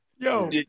Yo